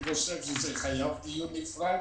זה חייב דיון נפרד.